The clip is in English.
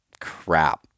crap